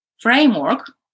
framework